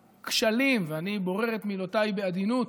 בכשלים, ואני בורר את מילותיי בעדינות,